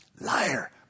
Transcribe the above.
Liar